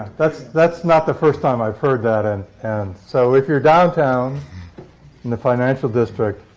that's that's not the first time i've heard that, and and so if you're downtown in the financial district,